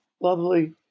lovely